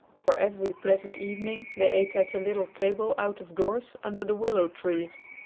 for every pleasant evening they ate at a little table out of doors under the willow trees.